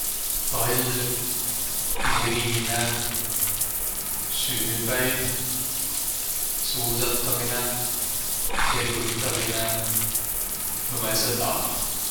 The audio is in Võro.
Talv, luminõ, sünnüpäiv, suusataminõ, kelgutaminõ, lumõsõda.